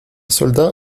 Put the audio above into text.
soldat